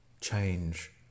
change